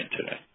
today